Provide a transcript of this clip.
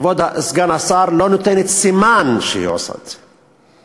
כבוד סגן השר, לא נותנת סימן שהיא עושה את זה.